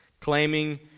Claiming